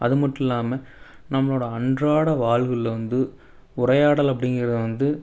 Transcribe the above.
அதுமட்டும் இல்லாமல் நம்மளோட அன்றாட வாழ்வில்ல வந்து உரையாடல் அப்படிங்கறது வந்து